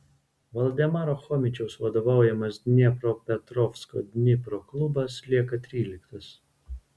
valdemaro chomičiaus vadovaujamas dniepropetrovsko dnipro klubas lieka tryliktas